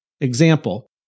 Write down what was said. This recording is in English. Example